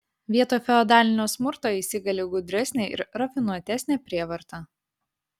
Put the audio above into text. vietoj feodalinio smurto įsigali gudresnė ir rafinuotesnė prievarta